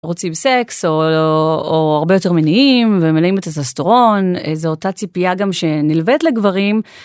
רוצים סקס או הרבה יותר מניעים ומלאים את הטסטוסטרון זה אותה ציפייה גם שנלווית לגברים.